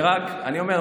אני אומר,